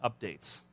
updates